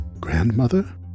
Grandmother